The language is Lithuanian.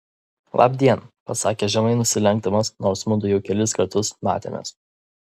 labdien pasakė žemai nusilenkdamas nors mudu jau kelis kartus matėmės